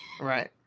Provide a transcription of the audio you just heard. Right